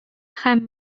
һәм